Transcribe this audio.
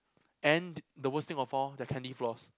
and the worst thing of all their candy floss